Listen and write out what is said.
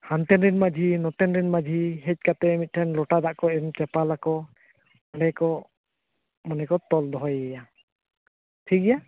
ᱦᱟᱱᱛᱮ ᱨᱮᱱ ᱢᱟᱺᱡᱷᱤ ᱱᱚᱛᱮᱱ ᱨᱮᱱ ᱢᱟᱺᱡᱷᱤ ᱦᱮᱡ ᱠᱟᱛᱮᱫ ᱢᱤᱫᱴᱮᱱ ᱞᱚᱴᱟ ᱫᱟᱜ ᱠᱚ ᱮᱢ ᱪᱟᱯᱟᱞᱟᱠᱚ ᱚᱸᱰᱮ ᱠᱚ ᱢᱟᱱᱮ ᱠᱚ ᱛᱚᱞ ᱫᱚᱦᱚᱭᱮᱭᱟ ᱴᱷᱤᱠ ᱜᱮᱭᱟ